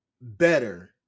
better